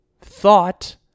thought